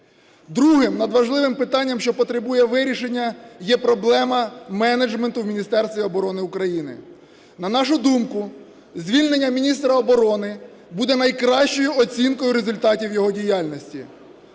Другим надважливим питанням, що потребує вирішення, є проблема менеджменту в Міністерстві оборони України. На нашу думку, звільнення міністра оборони буде найкращою оцінкою результатів його діяльності.